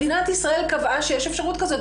מדינת ישראל קבעה שיש אפשרות כזאת,